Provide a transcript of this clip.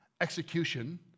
execution